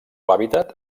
hàbitat